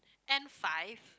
N-five